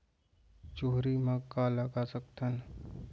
चुहरी म का लगा सकथन?